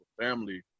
family